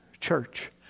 church